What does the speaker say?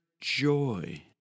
joy